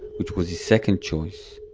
which was his second choice